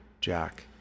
Jack